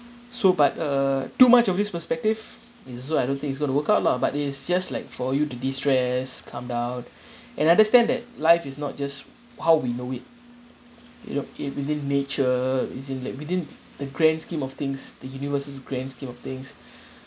so but uh too much of this perspective if so I don't think it's gonna work out lah but it's just like for you to destress come down and understand that life is not just how we know it it okay within nature it's in like within the grand scheme of things the universe's grand scheme of things